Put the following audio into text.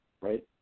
right